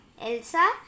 Elsa